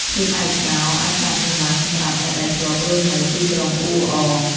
ភាពឯកោអាចកើតមានឡើងសម្រាប់អ្នកដែលធ្លាប់រស់នៅទីក្រុងអ៊ូអរ។